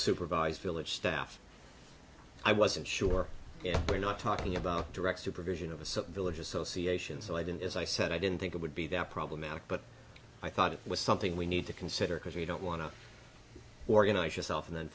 supervise village staff i wasn't sure if we're not talking about direct supervision of a certain village association so i didn't as i said i didn't think it would be that problematic but i thought it was something we need to consider because we don't want to organize yourself and then